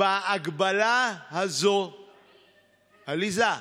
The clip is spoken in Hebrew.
בהגבלה הזו, עליזה,